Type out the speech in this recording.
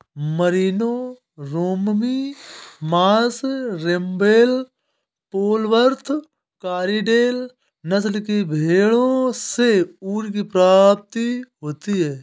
Merino, Romney Marsh, Rambouillet, Polwarth, Corriedale नस्ल की भेंड़ों से ऊन की प्राप्ति होती है